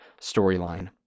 storyline